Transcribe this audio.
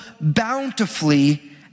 bountifully